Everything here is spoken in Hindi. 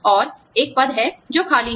और एक पद है जो खाली है